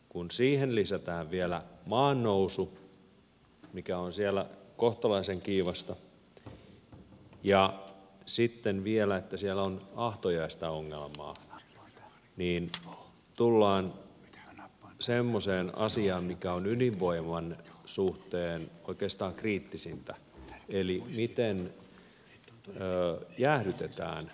kun siihen lisätään vielä maan nousu mikä on siellä kohtalaisen kiivasta ja sitten vielä se että siellä on ahtojäästä ongelmaa niin tullaan semmoiseen asiaan mikä on ydinvoiman suhteen oikeastaan kriittisintä eli siihen miten jäähdytetään se voimala